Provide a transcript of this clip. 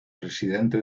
presidente